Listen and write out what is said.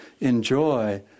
enjoy